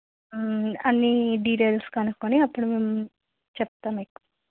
అన్ని డీటెయిల్స్ కనుక్కొని అప్పుడు మీ చెప్తా మీకు